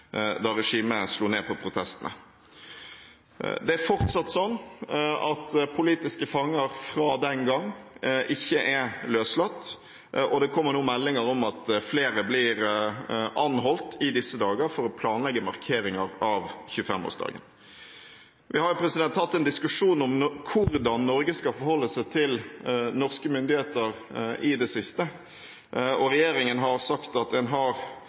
da regimet slo ned på protestene. Det er fortsatt sånn at politiske fanger fra den gang ikke er løslatt, og det kommer nå meldinger om at flere blir anholdt i disse dager for å planlegge markeringer av 25-årsdagen. Vi har jo i det siste hatt en diskusjon om hvordan Norge skal forholde seg til kinesiske myndigheter, og regjeringen har sagt at en har